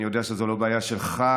אני יודע שזו לא בעיה שלך,